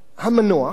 האחד, המנוח,